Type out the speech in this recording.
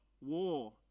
war